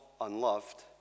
unloved